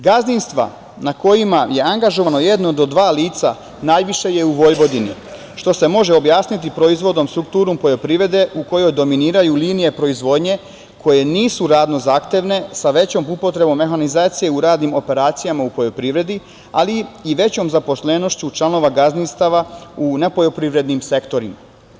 Gazdinstva na kojima je angažovano jedno do dva lica najviše je u Vojvodini, što se može objasniti proizvodom strukturom poljoprivrede u kojoj dominiraju linije proizvodnje koje nisu radno zahtevne sa većom upotrebom mehanizacije u radnim operacijama u poljoprivredi, ali i većom zaposlenošću članova gazdinstava u nepoljoprivrednim sektorima.